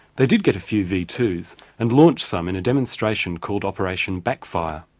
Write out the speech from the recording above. they did get a few v two s and launched some in a demonstration called operation backfire.